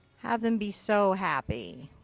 have them be so happy.